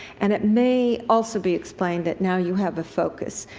and it may also be explained that now you have a focus.